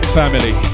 family